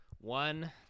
One